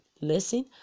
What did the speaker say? lesson